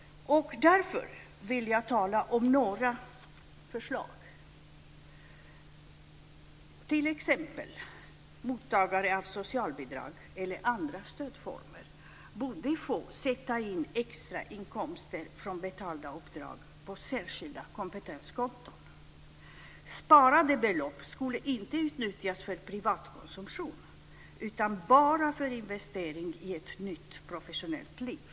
Därför vill jag ta upp några förslag. T.ex. borde mottagare av socialbidrag eller andra former av stöd få sätta in extrainkomster från betalda uppdrag på särskilda kompetenskonton. Sparade belopp skulle inte utnyttjas för privatkonsumtion utan bara för investering i ett nytt professionellt liv.